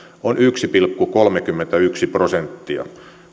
on yksi pilkku kolmekymmentäyksi prosenttia